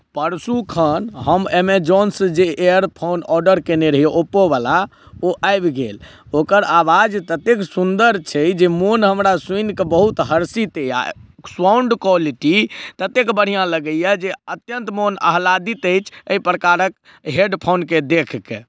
परसुखन हम अमेजॉन से जे एयर फोन ऑर्डर केने रही ओप्पो वाला ओ आबि गेल ओकर आवाज ततेक सुन्दर छै जे मोन हमरा सुनिकऽ बहुत हर्षित यऽ साउण्ड क्वालिटी ततेक बढ़ियाँ लगैया जे अत्यन्त मन आह्लादित अछि एहि प्रकारक हेड फोन केँ देखके